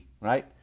right